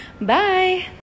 bye